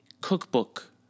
cookbook